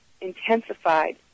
intensified